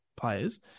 players